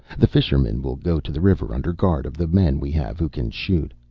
the fishermen will go to the river under guard of the men we have who can shoot.